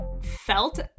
felt